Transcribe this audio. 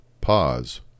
pause